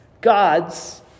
God's